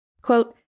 quote